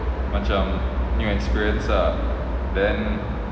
macam new experience ah then